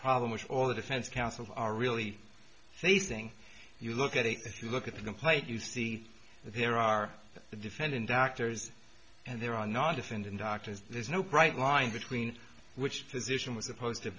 problem which all the defense counsel are really facing you look at it if you look at the complaint you see that there are the defendant doctors and there are not just in doctors there's no bright line between which position was opposed to